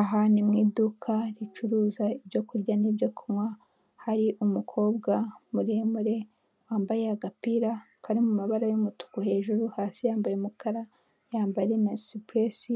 Aha ni mu iduka bacuruza ibyo kurya n'ibyo kunywa hari umukobwa muremure, wambaye agapira kari mu imabara y'umutuku hejuru hasi yambaye umukara, yambaye na sipuresi,